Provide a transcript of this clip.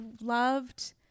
loved